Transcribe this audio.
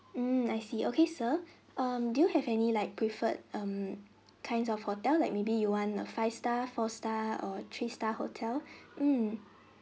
mm I see okay so um do you have any like preferred um kinds of hotel like maybe you want a five star four star or three star hotel mm